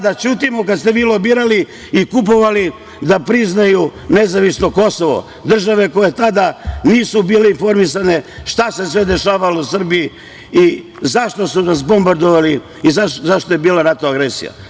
Da ćutimo kad ste vi lobirali i kupovali da priznaju nezavisno Kosovo države koje tada nisu bile informisane šta se sve dešavalo u Srbiji i zašto su nas bombardovali i zašto je bila NATO agresija?